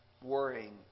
Worrying